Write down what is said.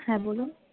হ্যাঁ বলুন